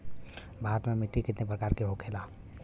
भारत में मिट्टी कितने प्रकार का होखे ला?